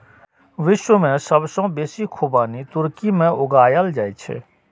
विश्व मे सबसं बेसी खुबानी तुर्की मे उगायल जाए छै